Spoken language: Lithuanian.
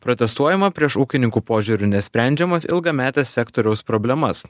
protestuojama prieš ūkininkų požiūriu nesprendžiamas ilgametes sektoriaus problemas